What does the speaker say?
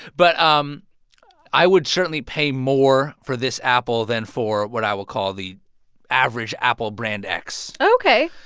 but um i would certainly pay more for this apple than for what i will call the average apple brand x. ok.